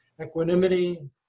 equanimity